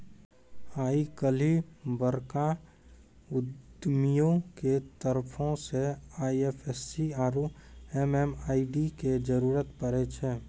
आइ काल्हि बड़का उद्यमियो के तरफो से आई.एफ.एस.सी आरु एम.एम.आई.डी के जरुरत पड़ै छै